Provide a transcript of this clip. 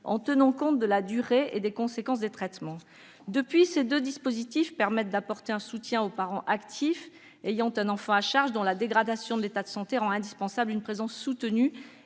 en tenant compte de la durée et des conséquences des traitements. Depuis, ces deux dispositifs permettent d'apporter un soutien aux parents actifs ayant un enfant à charge dont la dégradation de l'état de santé rend indispensables une présence soutenue